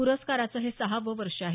प्रस्कारचं हे सहावं वर्ष आहे